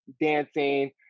dancing